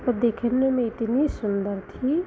वो देखने में इतनी सुन्दर थी